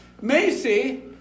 Macy